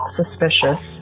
suspicious